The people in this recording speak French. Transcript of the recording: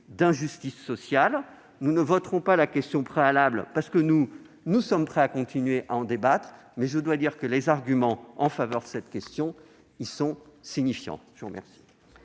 d'injustice sociale. Nous ne voterons pas la question préalable, car nous sommes prêts à continuer à débattre de ce texte, mais je dois dire que les arguments en faveur de cette question sont signifiants. La parole